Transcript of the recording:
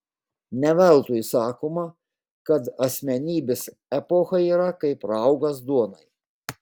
ne veltui sakoma kad asmenybės epochai yra kaip raugas duonai